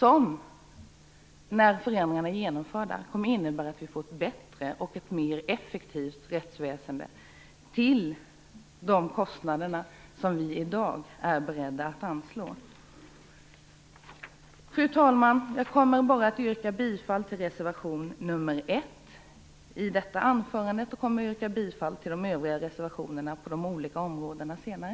Och när förändringarna väl är genomförda innebär de att vi får ett bättre och mer effektivt rättsväsende till de kostnader som vi i dag är beredda att anslå. Fru talman! I detta anförande yrkar jag bara bifall till reservation nr 1. De övriga reservationerna yrkar jag bifall till senare under repspektive område.